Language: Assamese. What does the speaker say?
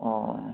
অঁ